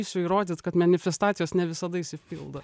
eisiu įrodyt kad manifestacijos ne visada išsipildo